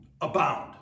abound